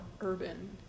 urban